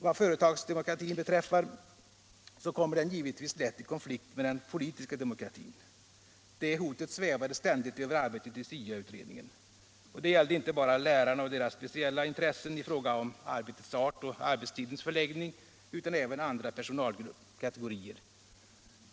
Vad företagsdemokratin beträffar så kommer den givetvis lätt i konflikt med den politiska demokratin. Det hotet svävade ständigt över arbetet i SIA-utredningen. Och det gällde inte bara lärarna och deras speciella intressen i fråga om arbetets art och arbetstidens förläggning utan även andra personalkategorier.